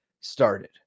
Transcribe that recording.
started